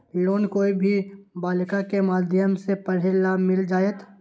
Loan कोई भी बालिका के माध्यम से पढे ला मिल जायत?